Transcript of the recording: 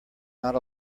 not